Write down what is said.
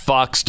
Fox